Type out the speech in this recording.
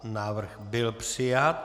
Návrh byl přijat.